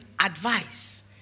advice